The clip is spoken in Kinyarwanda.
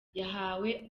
yahawe